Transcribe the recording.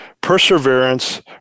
Perseverance